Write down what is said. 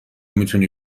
میتونی